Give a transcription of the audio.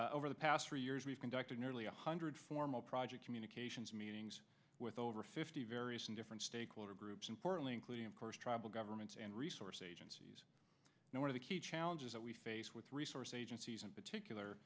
data over the past three years we've conducted nearly one hundred formal project communications meetings with over fifty various different stakeholder groups importantly including of course tribal governments and resource agencies one of the key challenges that we face with resource agencies in particular